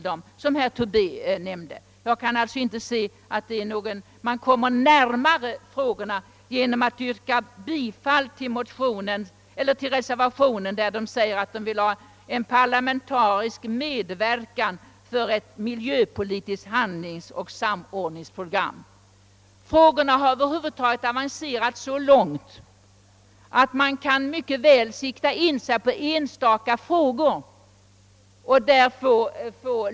Man kommer emellertid inte närmare frågornas lösning genom att yrka bifall till reservationen i den del, där det föreslås en parlamentarisk medverkan för ett miljöpolitiskt samordningsoch handlingsprogram. Frågornas behandling har nu avancerat så långt att man mycket väl kan inrikta sig på lösningen av enstaka detaljer.